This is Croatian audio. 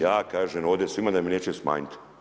Ja kažem ovdje svima da mi neće smanjit.